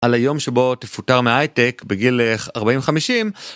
על היום שבו תפוטר מהייטק בגיל 40-50.